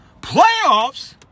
playoffs